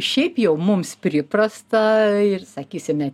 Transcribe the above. šiaip jau mums priprasta ir sakysime